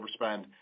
overspend